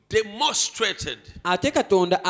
demonstrated